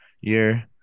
year